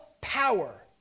power